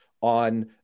on